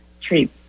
treat